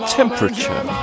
temperature